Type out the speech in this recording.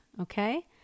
Okay